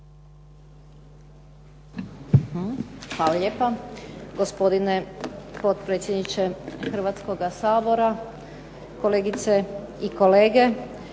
Hvala lijepo